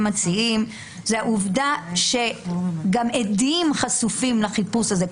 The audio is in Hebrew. מציעים זה העובדה שגם עדים חשופים לחיפוש הזה.